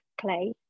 clay